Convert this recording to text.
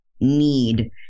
Need